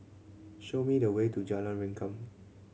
show me the way to Jalan Rengkam